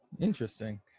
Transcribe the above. Interesting